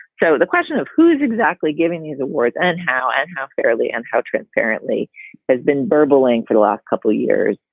so the question of who's exactly giving you the awards and how and how fairly and how transparently has been burbling for the last couple of years.